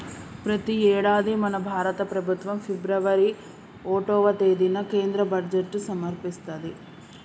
ప్రతి యేడాది మన భారత ప్రభుత్వం ఫిబ్రవరి ఓటవ తేదిన కేంద్ర బడ్జెట్ సమర్పిత్తది